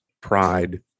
pride